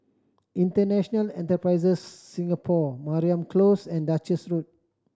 International Enterprise Singapore Mariam Close and Duchess Road